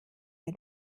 der